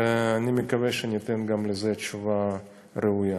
ואני מקווה שניתן גם לזה תשובה ראויה.